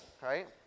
right